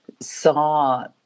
saw